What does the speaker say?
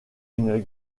une